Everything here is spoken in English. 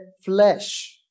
flesh